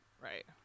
Right